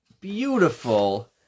beautiful